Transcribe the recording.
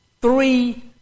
Three